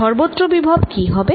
সর্বত্র বিভব কি হবে